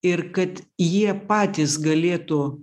ir kad jie patys galėtų